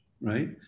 right